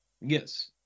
Yes